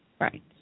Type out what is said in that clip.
right